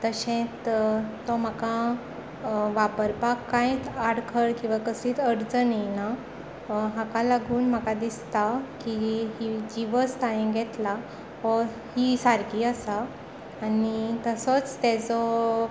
तशेंच तो म्हाका वापरपाक कांयच आडखळ किंवा कसलीच अडचण येना हाका लागून म्हाका दिसता ही जी वस्त हांवें घेतल्या हो ही सारकी आसा आनी तसोच तेजो